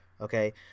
Okay